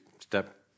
step